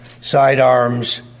sidearms